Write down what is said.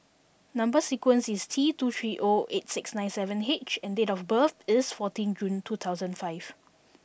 number sequence is T two three O eight six nine seven H and date of birth is fourteen June two thousand and five